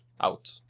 out